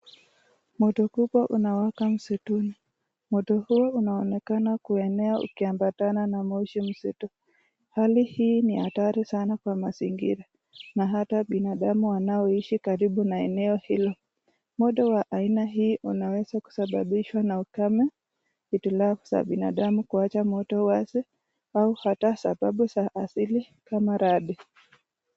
Moto kubwa unawaka msituni, moto huo unaonekana kuenea ikiambatana na moshi mzito. Hali hii ni hatari sana kwa mazingira na hata binadamu wanaoishi karibu na eneo hilo. Moto wa aina hii unaweza kusababishwa na ukame, hitilafu za binadamu kuacha moto wazi au hata sababu za asili kama radi.